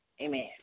Amen